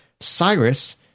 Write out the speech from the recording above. Cyrus